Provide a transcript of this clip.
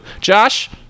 josh